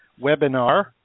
webinar